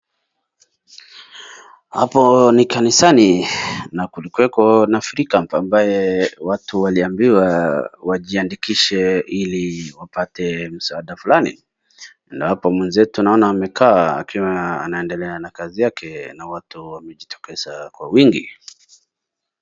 Hapo ni kanisani na kulikuweko na free camp ambaye watu waliambiwa wajiandikishe ili wapate msaada fulani. Na hapo nimeona mwenzetu amekaa akiwa anaendelea na kazi yake na watu wamejitokeza kwa wingi.